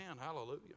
hallelujah